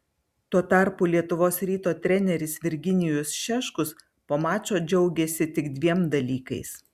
tuo tarpu lietuvos ryto treneris virginijus šeškus po mačo džiaugėsi tik dviem dalykais